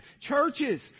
churches